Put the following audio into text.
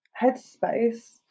headspace